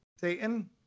Satan